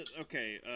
okay